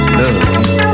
love